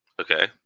Okay